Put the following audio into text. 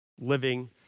living